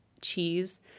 cheese